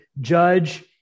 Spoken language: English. judge